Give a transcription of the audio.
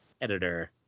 editor